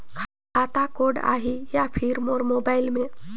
खाता कोड आही या फिर मोर मोबाइल फोन मे?